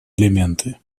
элементы